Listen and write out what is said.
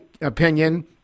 opinion